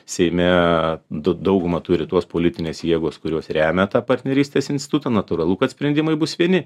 seime daugumą turi tos politinės jėgos kurios remia tą partnerystės institutą natūralu kad sprendimai bus vieni